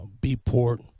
B-Port